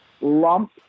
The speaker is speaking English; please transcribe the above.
lump